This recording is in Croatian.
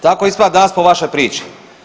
Tako ispada danas po vašoj priči.